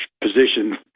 position